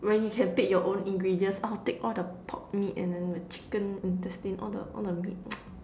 when you have take your own ingredients I take all the pork meat and then the chicken intestine all the all the meat